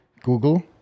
Google